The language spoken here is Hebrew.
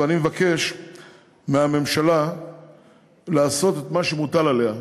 ואני מבקש מהממשלה לעשות את מה שמוטל עליה,